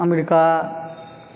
America